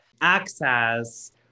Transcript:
access